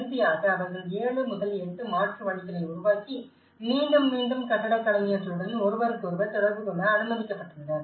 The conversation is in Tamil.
இறுதியாக அவர்கள் 7 முதல் 8 மாற்று வழிகளை உருவாக்கி மீண்டும் மீண்டும் கட்டடக் கலைஞர்களுடன் ஒருவருக்கொருவர் தொடர்பு கொள்ள அனுமதிக்கப்பட்டுள்ளனர்